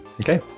Okay